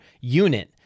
unit